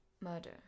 Murder